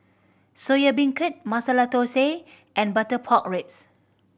Soya Beancurd Masala Thosai and butter pork ribs